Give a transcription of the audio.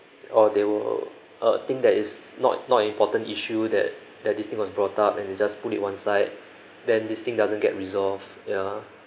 or they will uh think that is not not important issue that that this thing was brought up and they just put it one side then this thing doesn't get resolved ya